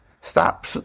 Stop